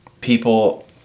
people